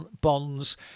bonds